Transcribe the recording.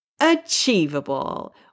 achievable